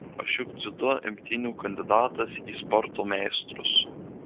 aš juk dziudo imtynių kandidatas į sporto meistrus